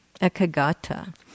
ekagata